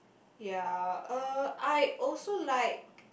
ya uh I also like